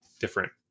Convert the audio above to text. different